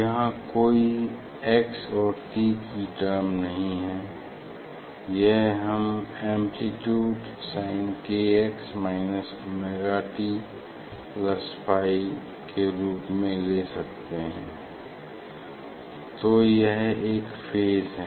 यहाँ कोई x और t की टर्म्स नहीं हैं यह हम amplitude sinkx minus omega t plus phi के रूप में ले सकते हैं तो यह एक फेज है